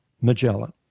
Magellan